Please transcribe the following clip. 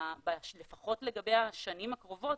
לפחות לגבי השנים הקרובות,